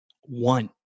One